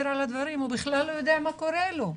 על הדברים אם הוא בכלל לא יודע מה קורה לו?